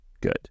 good